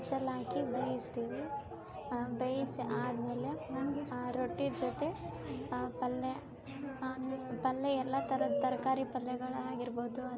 ಹಂಚಲ್ಲಿ ಹಾಕಿ ಬೇಯಿಸ್ತೀವಿ ಬೇಯಿಸಿ ಆದ್ಮೇಲೆ ರೊಟ್ಟಿ ಜೊತೆ ಪಲ್ಲೆ ಪಲ್ಲೆ ಎಲ್ಲಾ ಥರದ್ ತರಕಾರಿ ಪಲ್ಯಗಳಾಗಿರ್ಬೋದು ಅಥವಾ